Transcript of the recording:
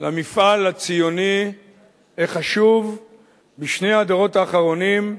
למפעל הציוני החשוב בשני הדורות האחרונים,